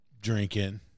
Drinking